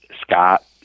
Scott